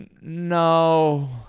no